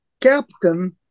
captain